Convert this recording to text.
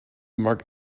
mark